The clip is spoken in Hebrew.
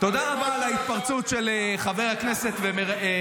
תודה רבה על ההתפרצות של חבר הכנסת רביבו,